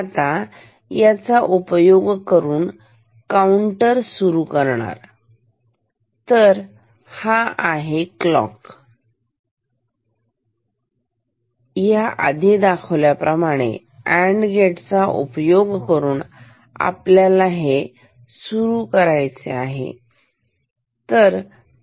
आता ह्याचा उपयोग करून काउंटर सुरू करणार तर ही आहे क्लॉक 0 आपल्याला आधी च्या प्रमाणे अँड गेट चा उपयोग करून आपल्याला हे सुरू करायचे आहे